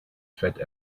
fat